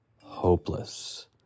hopeless